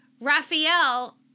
Raphael